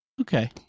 Okay